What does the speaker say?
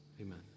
Amen